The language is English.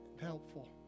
helpful